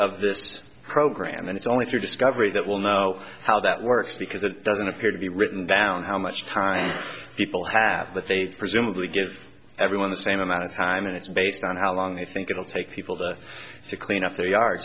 of this program and it's only through discovery that will know how that works because it doesn't appear to be written down how much time people have that they presumably give everyone the same amount of time and it's based on how long they think it will take people to to clean up the yard